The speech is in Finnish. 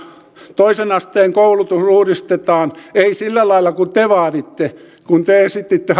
toisen asteen koulutus uudistetaan ei sillä lailla kuin te vaaditte kun te esititte